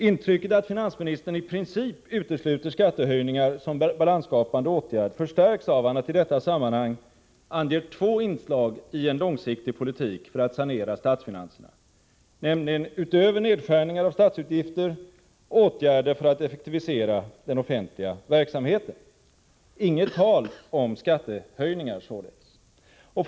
Intrycket att finansministern i princip utesluter skattehöjningar som balansskapande åtgärder förstärks av att han i detta sammanhang anger två inslag i den långsiktiga politiken för att sanera statsfinanserna, nämligen utöver nedskärningar av statsutgifter åtgärder för att effektivisera den offentliga verksamheten. Inget tal om skattehöjningar således!